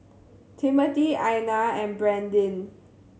Timothy Ina and Brandyn